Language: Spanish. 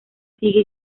sigue